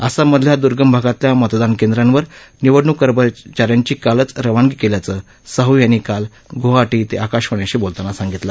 आसाममधल्या दुर्गम भागातल्या मतदान केंद्रांवर निवडणूक कर्मचा यांची कालच रवानगी केल्याचं साहू यांनी काल गुवाहाटी इथं आकाशवाणीशी बोलताना सांगितलं